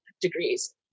degrees